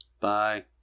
Bye